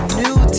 new